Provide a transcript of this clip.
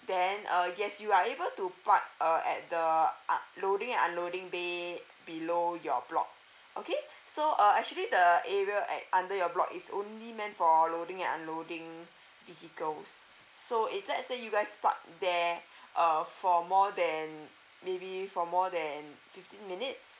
then uh yes you are able to park uh at the ah loading and unloading bay below your block okay so uh actually the area at under your block is only meant for loading and unloading vehicles so if let's say you guys parked there uh for more than maybe for more than fifteen minutes